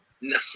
No